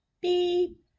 Beep